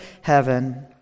heaven